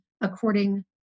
according